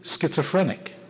schizophrenic